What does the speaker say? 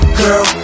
girl